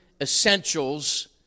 essentials